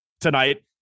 tonight